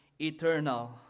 eternal